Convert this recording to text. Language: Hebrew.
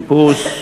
איפוס.